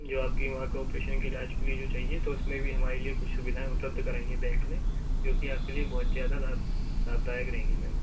जो आपकी माँ को ऑपरेशन के इलाज के लिए जो चाहिए तो उसमें भी हमारे लिए कुछ सुविधाएँ उपलब्ध कराई हैं बैंक ने जो की आपके लिए बहुत ज़्यादा लाभ लाभदायक रहेंगी मैम